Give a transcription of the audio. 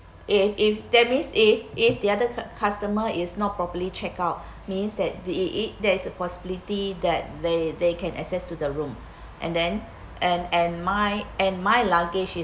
if if that means if if the other customer is not properly check out means that the it that's a possibility that they they can access to the room and then and and my and my luggage is